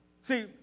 See